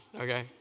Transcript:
okay